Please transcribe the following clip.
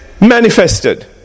manifested